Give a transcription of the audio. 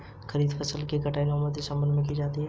खरीफ फसल की कटाई नवंबर दिसंबर में की जाती है